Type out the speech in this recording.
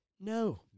No